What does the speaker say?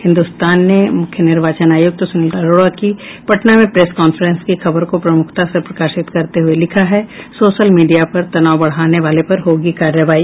हिन्दुस्तान ने मुख्य निर्वाचन आयुक्त सुनील अरोड़ा की पटना में प्रेस कांफ्रेंस की खबर को प्रमुखता से प्रकाशित करते हुये लिखा है सोशल मीडिया पर तनाव बढ़ाने पर होगी कार्रवाई